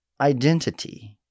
identity